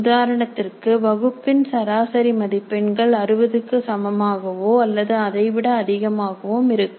உதாரணத்திற்கு வகுப்பின் சராசரி மதிப்பெண்கள் அறுபதுக்கு சமமாகவோ அல்லது அதைவிட அதிகமாகவும் இருக்கும்